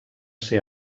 ser